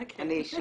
אני אישה.